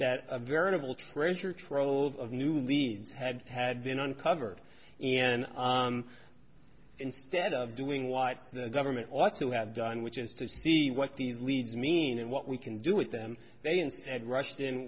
that a veritable treasure trove of new leads had had been uncovered and instead of doing what the government ought to have done which is to see what these leads mean and what we can do with them they instead rushed in